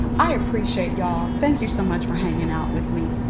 i appreciate y'all thank you so much for hanging out with me.